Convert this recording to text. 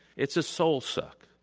it's a soul suck.